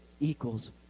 equals